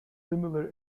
similar